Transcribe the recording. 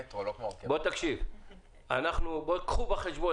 קחו בחשבון